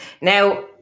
Now